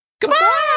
goodbye